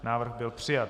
Návrh byl přijat.